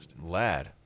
lad